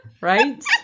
Right